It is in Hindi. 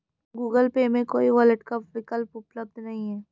गूगल पे में कोई वॉलेट का विकल्प उपलब्ध नहीं है